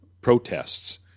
protests